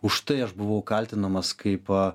užtai aš buvau kaltinamas kaip